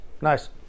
Nice